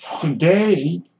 Today